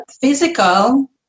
physical